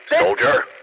Soldier